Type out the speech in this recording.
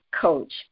coach